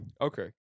okay